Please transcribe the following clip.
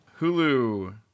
Hulu